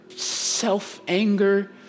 self-anger